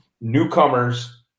newcomers